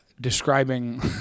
describing